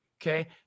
okay